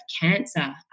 cancer